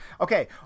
Okay